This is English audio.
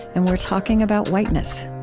and we're talking about whiteness